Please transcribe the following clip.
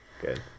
Good